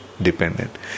dependent